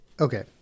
okay